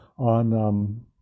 on